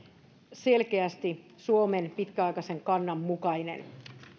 selkeästi suomen pitkäaikaisen kannan mukainen